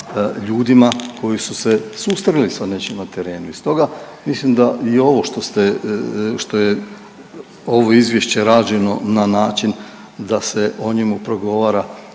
koji su se susreli sa nečim na terenu. I stoga mislim da i ovo što ste, što je ovo izvješće rađeno na način da se o njemu progovara